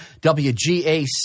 WGAC